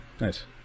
Nice